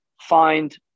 Find